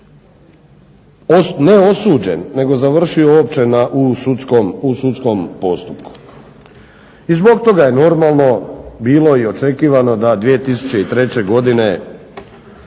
ne osuđen nego završio uopće u sudskom postupku. I zbog toga je normalno bilo i očekivano da 2003. godine